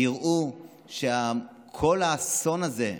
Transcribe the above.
ויראו שכל האסון הזה,